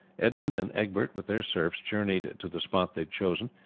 edmund and egbert with their serfs journeyed to the spot they had chosen,